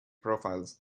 profiles